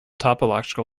topological